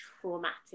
traumatic